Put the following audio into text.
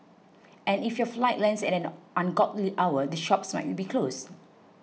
and if your flight lands at an ungodly hour the shops might be closed